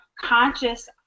conscious